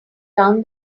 down